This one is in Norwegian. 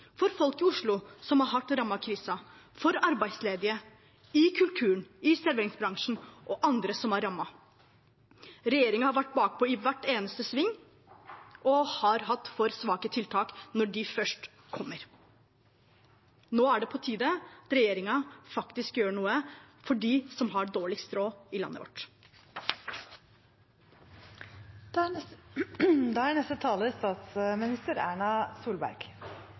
for folk i Oslo som er hardt rammet av krisen, for arbeidsledige i kulturen og i serveringsbransjen og for andre som er rammet. Regjeringen har vært bakpå i hver eneste sving og har hatt for svake tiltak når de først kommer. Nå er det på tide at regjeringen faktisk gjør noe for dem som har dårligst råd i landet vårt.